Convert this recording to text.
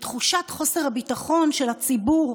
בתחושת חוסר הביטחון של הציבור,